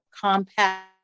compact